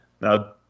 Now